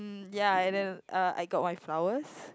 ya and then uh I got my flowers